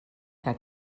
que